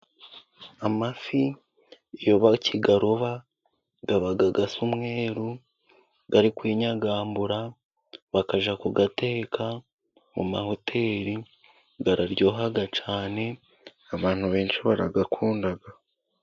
Amafi iyo bakiyaroba aba asa umweru, arikwinyagambura bakajya ku yateka mu mahoteli, araryoha cyane, abantu benshi barayakunda.